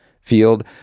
field